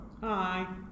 Hi